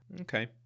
Okay